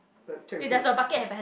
er check with who